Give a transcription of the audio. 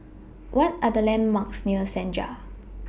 What Are The landmarks near Senja